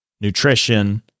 nutrition